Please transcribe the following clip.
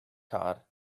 card